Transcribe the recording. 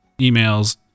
emails